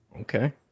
Okay